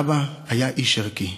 אבא היה איש ערכי.